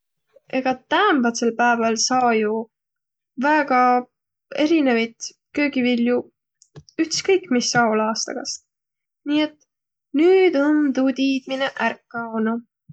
Egaq täämbätsel pääväl saa jo väega erinevit köögivilju ütskõik, mis aol aastagast. Nii et nüüd om tuu tiidmine ärq kaonuq.